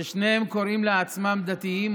ששניהם קוראים לעצמם דתיים,